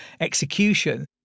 execution